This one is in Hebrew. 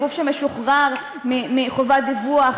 גוף שמשוחרר מחובת דיווח,